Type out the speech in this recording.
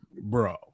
bro